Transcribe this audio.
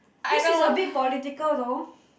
this is a bit political though